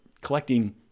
collecting